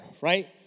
right